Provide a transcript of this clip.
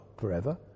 forever